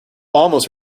almost